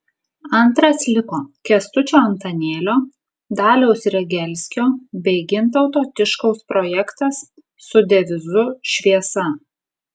antras liko kęstučio antanėlio daliaus regelskio bei gintauto tiškaus projektas su devizu šviesa